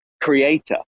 creator